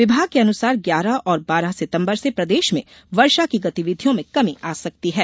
विभाग के अनुसार ग्यारह ओर बारह सितम्बर से प्रदेश में वर्षा की गतिविधियों में कमी आ सकती है